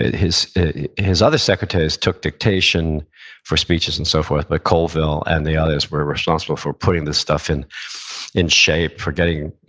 his his other secretaries took dictation for speeches and so forth, but colville and the others were responsible for putting the stuff in in shape, for getting